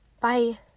Bye